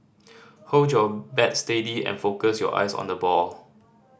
hold your bat steady and focus your eyes on the ball